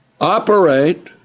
operate